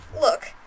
look